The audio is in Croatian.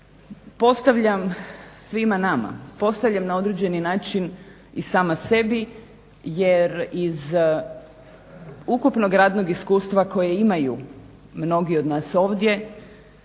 postavljam svima nama, postavljam na određeni način i sama sebi jer iz ukupnog radnog iskustva koje imaju mnogi od nas ovdje